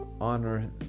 honor